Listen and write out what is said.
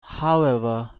however